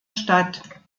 statt